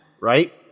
Right